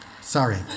Sorry